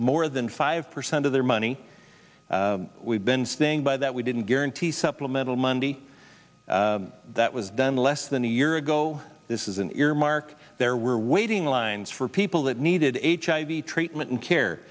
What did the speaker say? more than five percent of their money we've been staying by that we didn't guarantee supplemental monday that was done less than a year ago this is an earmark there were waiting lines for people that needed hiv treatment and care